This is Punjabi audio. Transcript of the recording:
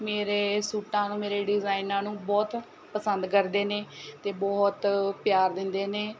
ਮੇਰੇ ਸੂਟਾਂ ਨੂੰ ਮੇਰੇ ਡਿਜ਼ਾਈਨਾਂ ਨੂੰ ਬਹੁਤ ਪਸੰਦ ਕਰਦੇ ਨੇ ਅਤੇ ਬਹੁਤ ਪਿਆਰ ਦਿੰਦੇ ਨੇ